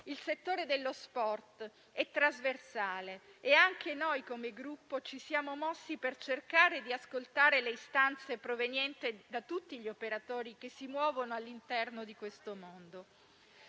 Il settore dello sport è trasversale e anche noi, come Gruppo, ci siamo mossi per cercare di ascoltare le istanze provenienti da tutti gli operatori che si muovono all'interno di questo mondo.